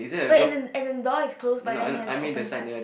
wait as in the in the door is close but it has a open sign